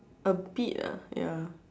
a bit ah ya